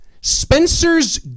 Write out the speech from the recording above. spencer's